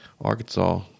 Arkansas